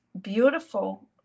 beautiful